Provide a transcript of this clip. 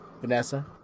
Vanessa